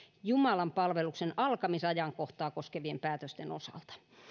jumalanpalveluksen alkamisajankohtaa koskevien päätösten osalta